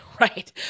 Right